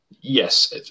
Yes